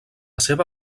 seva